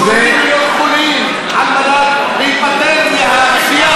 שהולכים להיות חולים על מנת להיפטר מהכפייה,